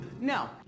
No